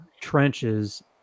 trenches